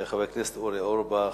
חבר הכנסת אורי אורבך,